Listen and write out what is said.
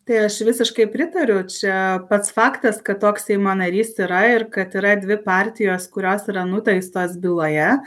tai aš visiškai pritariu čia pats faktas kad toks seimo narys yra ir kad yra dvi partijos kurios yra nuteistos byloje